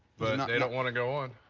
but and they don't want to go on.